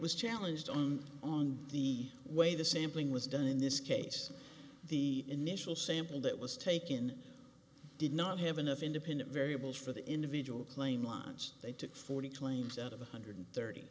was challenged on on the way the sampling was done in this case the initial sample that was taken did not have enough independent variables for the individual claim lines they took forty claims out of one hundred thirty